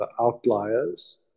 outliers